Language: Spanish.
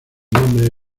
nombre